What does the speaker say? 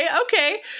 okay